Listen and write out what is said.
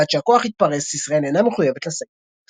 ועד שהכוח יתפרס ישראל אינה מחויבת לסגת.